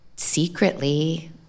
Secretly